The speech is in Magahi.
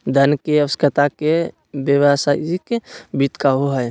धन के आवश्यकता के व्यावसायिक वित्त कहो हइ